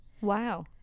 Wow